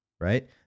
Right